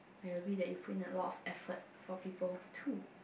I agree that you put in a lot of effort for people too